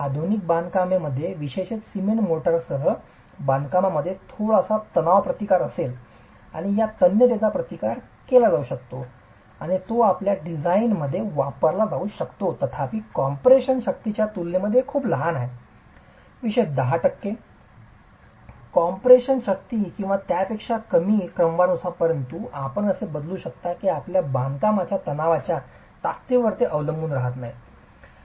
आधुनिक बांधकामामध्ये विशेषत सिमेंट मोर्टारसह बांधकामामध्ये थोडासा तणाव प्रतिकार असेल आणि या तन्यतेचा प्रतिकार केला जाऊ शकतो आणि तो आपल्या डिझाइन मध्ये वापरला जाऊ शकतो तथापि कॉम्प्रेशन शक्तीच्या तुलनेत हे खूपच लहान आहे विशेषत 10 टक्के कॉम्प्रेशन शक्ती किंवा त्यापेक्षा कमी क्रमवारीनुसार परंतु आपण असे बदलू शकता की आपण बांधकामाच्या तणावाच्या ताकदीवर अवलंबून राहू शकत नाही